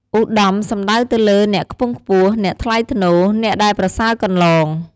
ឧត្តម សំដៅទៅលើ អ្នកខ្ពង់ខ្ពស់ អ្នកថ្លៃថ្នូរ អ្នកដែលប្រសើរកន្លង។